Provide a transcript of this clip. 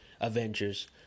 Avengers